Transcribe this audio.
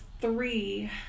three